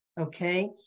okay